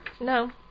No